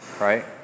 right